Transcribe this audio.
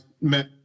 met